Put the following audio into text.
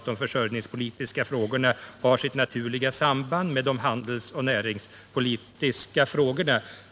De försörjningspolitiska frågorna har sitt naturliga samband med de handelsoch näringspolitiska frågorna.